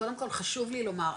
חשוב לי לומר,